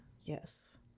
Yes